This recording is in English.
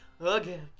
Again